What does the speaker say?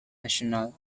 national